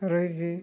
ରହିଛି